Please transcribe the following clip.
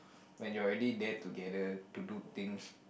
when you are already there together to do things